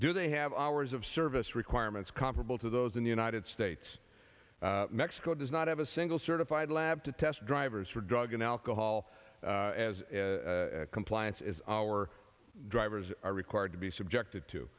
do they have hours of service requirements comparable to those in the united states mexico does not have a single certified lab to test drivers for drug and alcohol as compliance as our drivers are required to be subjected to